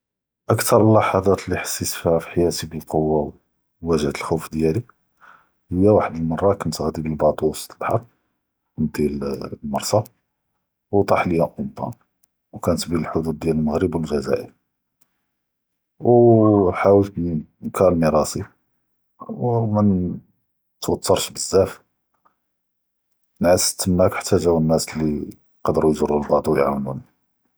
אקטאר אללה’ד’מات אלי חסית פיהא פ חיאתי בלכוואה ו ופ’אג’ח’ת אלח’וף דיאלי, היא ואחד אלמרא כנת ג’אדי ב אלבאטו ווסט אלבהר, נדי ללמרסא ו טאח ליא אומבאן, ו כנת בין אלח’ודוד דיאל אלמגרב ו אלג’זאיר, ו ח’אולת נקלמי ראסי ו מא נתווטרש בזאף, ו נעסת תמא חתה ג’או אלנאס אלי קדרו יג’רוני ב’ד’יאתם.